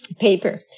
paper